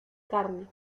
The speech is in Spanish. carne